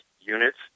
units